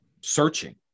searching